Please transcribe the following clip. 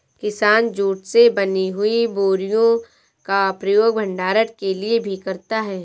किसान जूट से बनी हुई बोरियों का प्रयोग भंडारण के लिए भी करता है